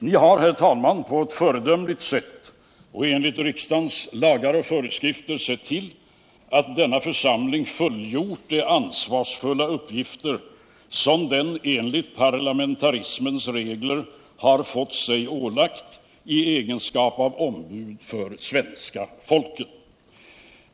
Ni har, herr talman, på ett föredömligt sätt och enligt riksdagens lagar och föreskrifter sett till att denna församling fullgjort de ansvarsfulla uppgifter som den enligt parlamentarismens regler har fått sig ålagda i egenskap av ombud för svenska folket.